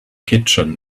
kitchen